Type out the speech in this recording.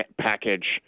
package